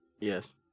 Yes